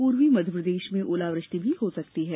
पूर्वी मध्यप्रदेश में ओलावृष्टि भी हो सकती है